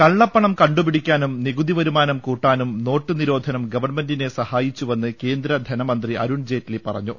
കള്ളപ്പണം കണ്ടുപിടിക്കാനും നികുതി വരുമാനം കൂട്ടാനും നോട്ട് നിരോധനം ഗവൺമെന്റിനെ സഹായിച്ചുവെന്ന് കേന്ദ്രധന മന്ത്രി അരുൺ ജെയ്റ്റ്ലി പറഞ്ഞു